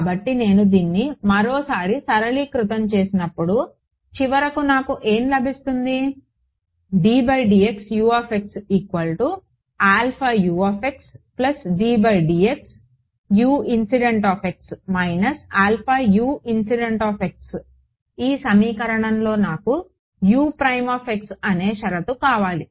కాబట్టి నేను దీన్ని మరోసారి సరళీకృతం చేసినప్పుడు చివరకు నాకు ఏమి లభిస్తుంది ddxU U ddxUin Uinఈ సమీకరణంలో నాకు అనే షరతు కావాలి